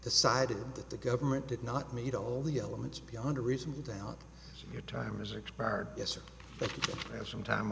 decided that the government did not meet all the elements beyond a reasonable doubt your time has expired yes or it was sometime